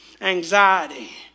anxiety